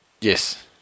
Yes